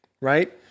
right